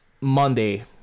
Monday